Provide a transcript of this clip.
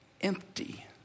empty